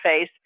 face